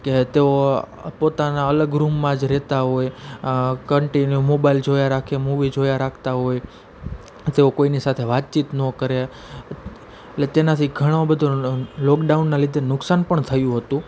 કે તઓ પોતાના અલગ રૂમમાં જ રહેતા હોય કન્ટીન્યુ મોબાઈલ જોયા રાખે મૂવી જોયા રાખતા હોય તો કોઈની સાથે વાતચીત ન કરે એટલે તેનાથી ઘણો બધો લોકડાઉનના લીધે નુકસાન પણ થયું હતું